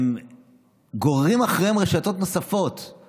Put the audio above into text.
שהם גוררים אחריהם רשתות נוספות,